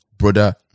brother